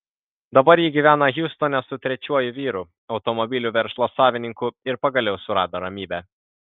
dabar ji gyvena hjustone su trečiuoju vyru automobilių verslo savininku ir pagaliau surado ramybę